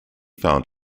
found